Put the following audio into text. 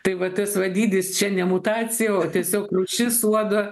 tai va tas va dydis čia ne mutacija o tiesiog rūšis uodo